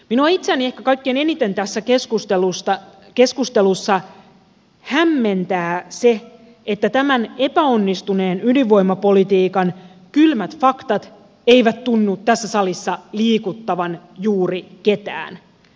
minua itseäni ehkä kaikkein eniten tässä keskustelussa hämmentää se että tämän epäonnistuneen ydinvoimapolitiikan kylmät faktat eivät tunnu tässä salissa liikuttavan juuri ketään